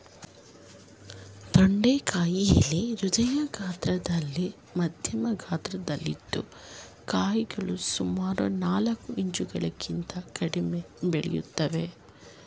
ತೊಂಡೆಕಾಯಿ ಎಲೆ ಹೃದಯ ಆಕಾರದಲ್ಲಿ ಮಧ್ಯಮ ಗಾತ್ರದಲ್ಲಿದ್ದು ಕಾಯಿಗಳು ಸುಮಾರು ನಾಲ್ಕು ಇಂಚುಗಳಿಗಿಂತ ಕಡಿಮೆ ಬೆಳಿತವೆ